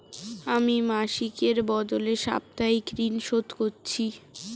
আমি মাসিকের বদলে সাপ্তাহিক ঋন শোধ করছি